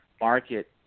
market